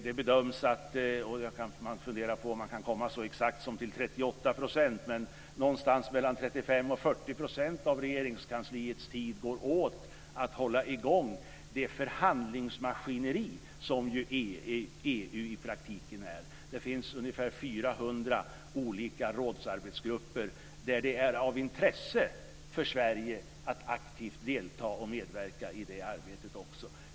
Det bedöms att 38 %- man kan fundera på om man kan komma så exakt som till 38 %, men någonstans mellan 35 och 40 %- av Regeringskansliets tid går åt för att hålla i gång det förhandlingsmaskineri som ju EU i praktiken är. Det finns ungefär 400 olika rådsarbetsgrupper där det är av intresse för Sverige att aktivt delta och medverka i det arbetet också.